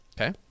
okay